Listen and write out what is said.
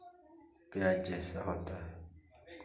प्याज जैसा होता है